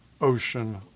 ocean